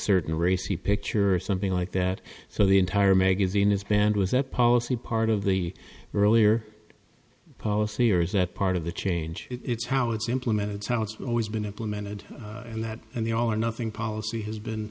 certain racy picture or something like that so the entire magazine is banned was that policy part of the earlier policy or is that part of the change it's how it's implemented so it's always been implemented and that and the all or nothing policy has been